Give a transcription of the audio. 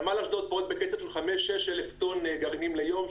נמל אשדוד פורק בקצב של 6,000-5,000 טון גרעינים ליום,